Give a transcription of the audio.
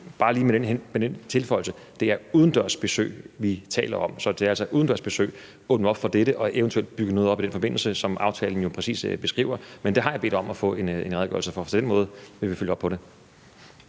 bare lige med den tilføjelse, at det er udendørs besøg, vi taler om – så det er altså med hensyn til udendørs besøg, der er åbnet op – og eventuelt bygge noget op i den forbindelse, som aftalen jo præcis beskriver. Men det har jeg bedt om at få en redegørelse for. Så på den måde vil vi følge op på det.